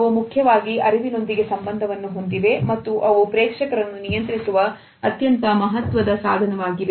ಅವು ಮುಖ್ಯವಾಗಿ ಅರಿವಿನೊಂದಿಗೆ ಸಂಬಂಧವನ್ನು ಹೊಂದಿವೆ ಮತ್ತು ಅವು ಪ್ರೇಕ್ಷಕರನ್ನು ನಿಯಂತ್ರಿಸುವ ಅತ್ಯಂತ ಮಹತ್ವದ ಸಾಧನವಾಗಿವೆ